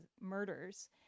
murders